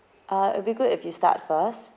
uh if you could if you start first